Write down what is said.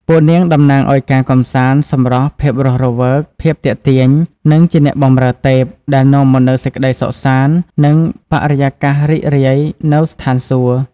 ពួកនាងតំណាងឲ្យ ការកម្សាន្ត សម្រស់ ភាពរស់រវើក ភាពទាក់ទាញ និងជាអ្នកបម្រើទេពដែលនាំមកនូវសេចក្តីសុខសាន្ត និងបរិយាកាសរីករាយនៅស្ថានសួគ៌។